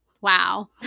wow